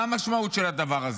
מה המשמעות של הדבר הזה?